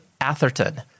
Atherton